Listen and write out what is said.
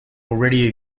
already